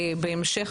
בהמשך,